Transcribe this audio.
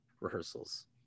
rehearsals